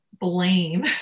blame